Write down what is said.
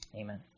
Amen